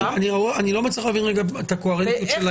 אני לא מצליח להבין את הקוהרנטיות של העמדה.